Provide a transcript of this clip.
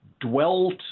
dwelt